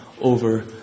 over